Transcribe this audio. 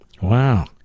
Wow